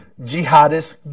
jihadist